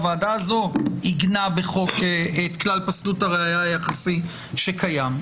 הוועדה הזו עיגנה בחוק את כלל פסולות הראיה היחסי שקיים.